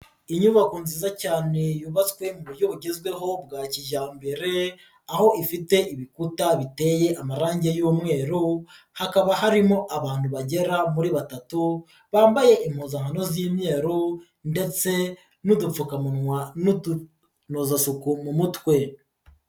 Inyubako nziza cyane yubatswe mu buryo bugezweho bwa kijyambere aho ifite ibikuta biteye amarangi y'umweru, hakaba harimo abantu bagera muri batatu bambaye impuzankano z'imyeru ndetse n'udupfukamunwa n'udutunozasuku mu mutwe.